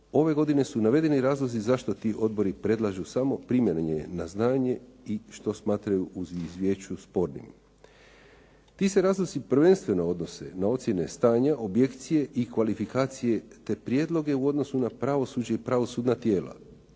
ove godine su navedeni razlozi zašto ti odbori predlažu samo primanje na znanje i što smatraju u izvješću spornim. Ti se razlozi prvenstveno odnose na ocjene stanja, objekcije i kvalifikacije te prijedloge u odnosu na pravosuđe i pravosudna tijela.